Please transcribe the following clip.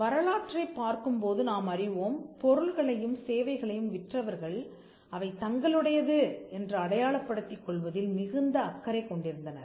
வரலாற்றைப் பார்க்கும்போது நாம் அறிவோம் பொருள்களையும் சேவைகளையும் விற்றவர்கள் அவை தங்களுடையது என்று அடையாளப்படுத்திக் கொள்வதில் மிகுந்த அக்கறை கொண்டிருந்தனர்